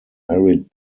merit